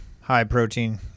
high-protein